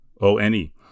O-N-E